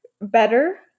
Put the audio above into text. better